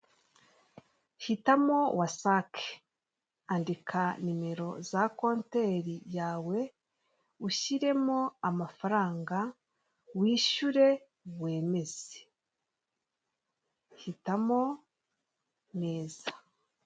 Hitamo wasake andika nimero za konteri yawe, ushyiremo amafaranga, wishyure wemeze. Hitamo neza.